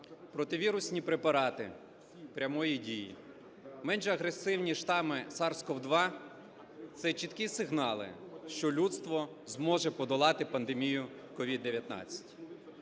противірусні препарати прямої дії, менш агресивні штами SARS-CoV-2 – це чіткі сигнали, що людство зможе подолати пандемію COVID-19.